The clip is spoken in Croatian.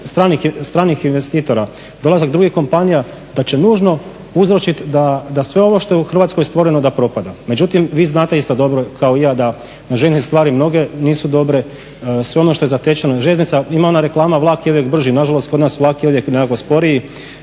stranih investitora, dolazak drugih kompanija da će nužno uzročiti da sve ovo što je u Hrvatskoj stvoreno da propada. Međutim, vi znate isto dobro kao i ja da na željeznici stvari mnoge nisu dobre. Sve ono što je zatečeno. Željeznica, ima ona reklama vlak je uvijek brži, nažalost kod nas vlak je uvijek nekako sporiji.